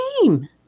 team